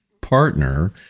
partner